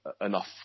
enough